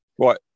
right